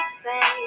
say